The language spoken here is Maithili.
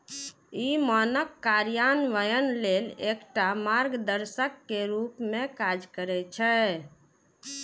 ई मानक कार्यान्वयन लेल एकटा मार्गदर्शक के रूप मे काज करै छै